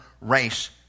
race